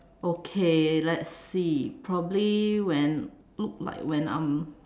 okay let's see probably when look like when I'm